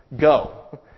Go